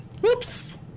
Whoops